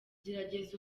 gerageza